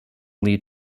lead